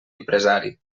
empresari